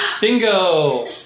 Bingo